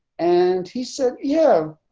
and he said, yeah,